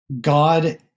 God